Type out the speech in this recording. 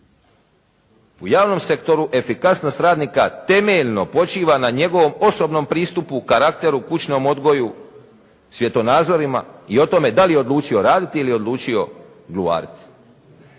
U javnom sektoru efikasnost radnika temeljno počiva na njegovom osobnom pristupu, karakteru, kućnom odgoju, svjetonazorima i o tome da li je odlučio raditi ili je odlučio gluvariti.